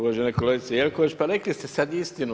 Uvažena kolegice Jelkovac, pa rekli ste sad istinu.